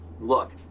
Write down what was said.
Look